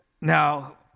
Now